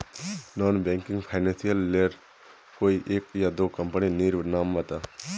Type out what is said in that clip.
Non banking financial लेर कोई एक या दो कंपनी नीर नाम बता?